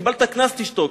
קיבלת קנס, תשתוק.